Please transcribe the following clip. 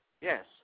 Yes